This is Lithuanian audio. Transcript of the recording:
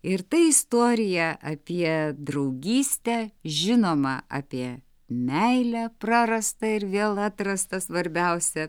ir tai istorija apie draugystę žinoma apie meilę prarastą ir vėl atrastą svarbiausia